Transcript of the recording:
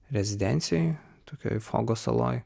rezidencijoj tokioj fogo saloj